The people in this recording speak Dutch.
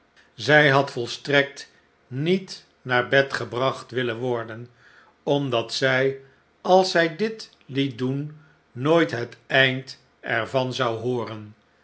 zij had volstrekt niet naar bed gebracht willen worden omdat zij als zij dit liet doen nooit het eind er van zou hooren